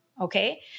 Okay